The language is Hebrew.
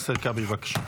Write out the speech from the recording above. חברת הכנסת הרכבי, בבקשה.